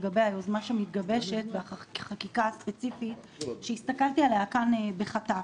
לגבי היוזמה שמתגבשת והחקיקה הספציפית שהסתכלתי עליה כאן בחטף.